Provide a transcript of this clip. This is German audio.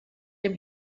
dem